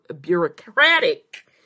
bureaucratic